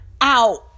out